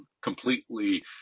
completely